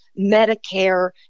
Medicare